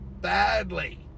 badly